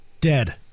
Dead